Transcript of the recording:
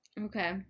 Okay